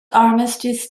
armistice